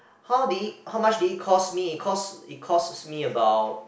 how did it how much did it cost me cost it costs me about